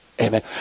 amen